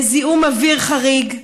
לזיהום אוויר חריג,